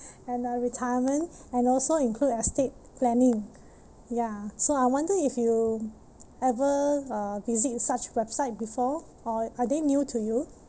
and uh retirement and also include estate planning ya so I wonder if you ever uh visit such website before or are they new to you